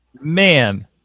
Man